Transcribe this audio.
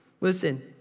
Listen